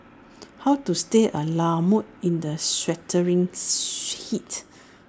how to stay A la mode in the sweltering heat